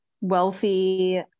wealthy